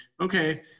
okay